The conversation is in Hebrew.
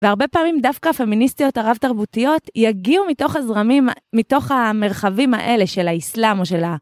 והרבה פעמים דווקא הפמיניסטיות הרב תרבותיות יגיעו מתוך הזרמים, מתוך המרחבים האלה של האסלאם או של ה...